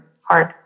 hard